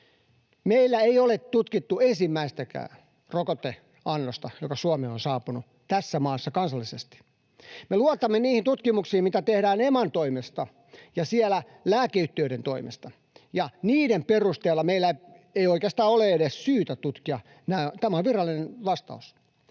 Meillä ei ole tutkittu ensimmäistäkään rokoteannosta, joka Suomeen on saapunut, tässä maassa kansallisesti. Me luotamme niihin tutkimuksiin, mitä tehdään EMAn toimesta ja lääkeyhtiöiden toimesta, ja niiden perusteella meillä ei oikeastaan ole edes syytä tutkia. Tämä on virallinen vastaus.